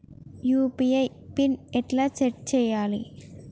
UPI PIN ఎట్లా set చేయాలే?